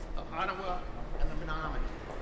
the ottawa and the menominee.